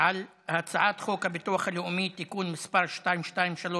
על הצעת חוק הביטוח הלאומי (תיקון מס' 223,